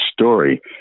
story